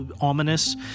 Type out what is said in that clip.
ominous